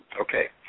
Okay